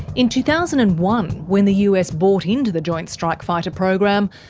in two thousand and one, when the us bought into the joint strike fighter program,